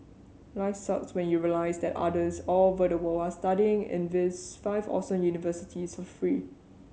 life sucks when you realise that others all over the world are studying in these five awesome universities for free